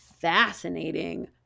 fascinating